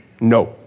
No